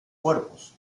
cuerpos